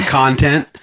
content